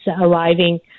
arriving